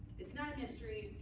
it's not a mystery,